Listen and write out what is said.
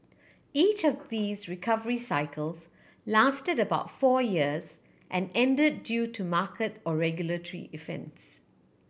each of these recovery cycles lasted about four years and end due to market or regulatory events